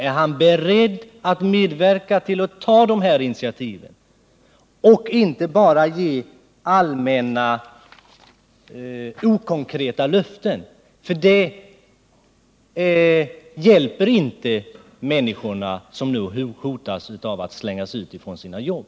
Är han beredd att medverka till att ta dessa initiativ och inte bara ge allmänna löften utan konkret inriktning, ty det hjälper inte de människor som nu hotas av att slängas ut från sina jobb.